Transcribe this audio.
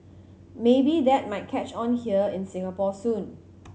maybe that might catch on here in Singapore soon